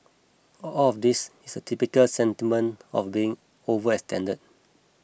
all of this is typical sentiment of being overextended